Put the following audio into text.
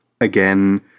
again